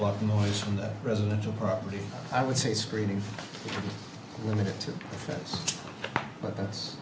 lot of noise from the residential property i would say screening limited but that's